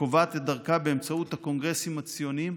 וקובעת את דרכה באמצעות הקונגרסים הציוניים,